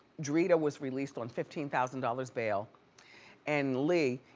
drita was released on fifteen thousand dollars bail and lee,